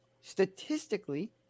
statistically